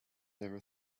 never